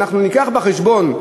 נביא בחשבון,